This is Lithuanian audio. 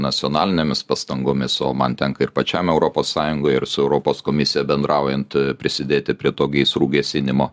nacionalinėmis pastangomis o man tenka ir pačiam europos sąjungoj ir su europos komisija bendraujant prisidėti prie to gaisrų gesinimo